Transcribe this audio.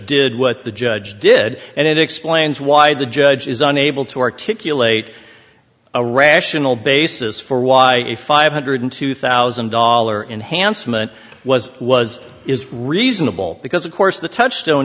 did what the judge did and it explains why the judge is unable to articulate a rational basis for why a five hundred two thousand dollar enhancement was was is reasonable because of course the touchstone